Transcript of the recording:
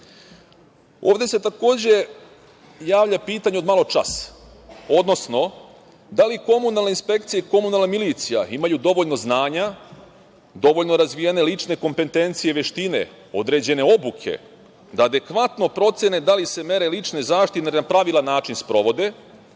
Ovde se takođe javlja pitanje od maločas, odnosno da li komunalna inspekcija i komunalna milicija imaju dovoljno znanja, dovoljno razvijene lične kompetencije i veštine, određene obuke da adekvatno procene da li se mere lične zaštite na jedan pravilan način sprovode,